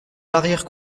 l’arrière